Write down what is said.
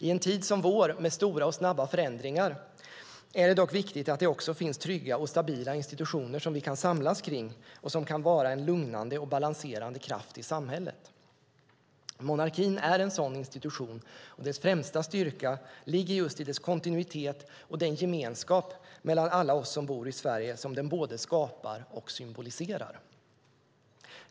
I en tid som vår, med stora och snabba förändringar, är det dock viktigt att det också finns trygga och stabila institutioner som vi kan samlas kring och som kan vara en lugnande och balanserande kraft i samhället. Monarkin är en sådan institution. Dess främsta styrka ligger just i dess kontinuitet och i den gemenskap mellan alla oss som bor i Sverige som den både skapar och symboliserar.